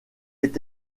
est